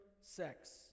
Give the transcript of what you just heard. sex